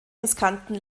riskanten